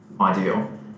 ideal